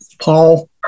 Paul